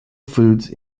foods